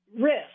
risk